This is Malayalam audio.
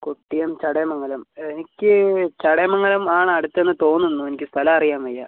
കൊട്ടിയം ചടയമംഗലം എനിക്ക് ചടയമംഗലം ആണ് അടുത്തെന്ന് തോന്നുന്നു എനിക്ക് സ്ഥലം അറിയാൻ വയ്യ